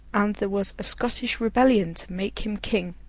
and there was a scottish rebellion to make him king,